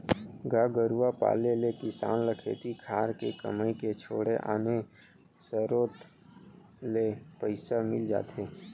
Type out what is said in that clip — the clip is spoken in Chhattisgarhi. गाय गरूवा पाले ले किसान ल खेती खार के कमई के छोड़े आने सरोत ले पइसा मिल जाथे